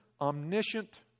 omniscient